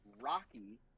Rocky